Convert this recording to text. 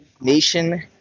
nation